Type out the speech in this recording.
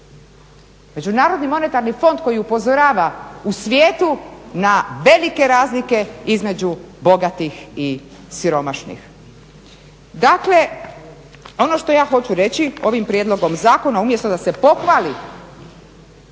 međunarodni monetarni fond koji upozorava u svijetu na velike razlike između bogatih i siromašnih. Dakle, ono što ja hoću reći ovim prijedlogom zakona umjesto da se pohvali,